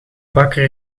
bakker